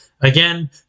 Again